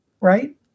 Right